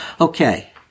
okay